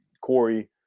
Corey